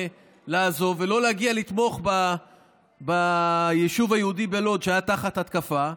לעזוב ולא להגיע לתמוך ביישוב היהודי בלוד שהיה תחת התקפה,